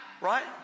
right